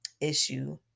issue